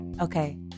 Okay